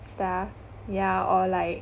stuff yeah or like